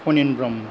खनिन Brahma